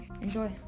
enjoy